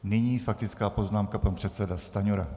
Nyní s faktickou poznámkou pan předseda Stanjura.